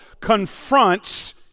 confronts